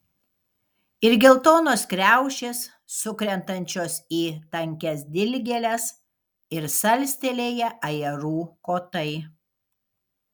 ir geltonos kriaušės sukrentančios į tankias dilgėles ir salstelėję ajerų kotai